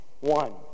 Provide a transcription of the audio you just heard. one